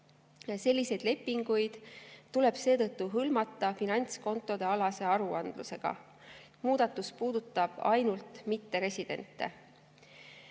Selliseid lepinguid tuleb seetõttu hõlmata finantskontoalase aruandlusega. Muudatus puudutab ainult mitteresidente.